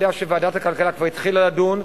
אני יודע שוועדת הכלכלה כבר התחילה לדון.